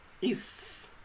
Yes